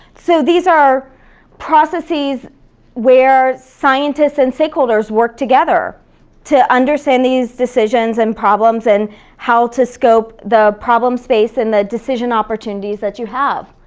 so these are processes where scientists and stakeholders work together to understand these decisions and problems and how to scope the problem space and the decision opportunities that you have.